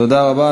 תודה רבה.